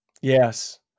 yes